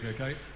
okay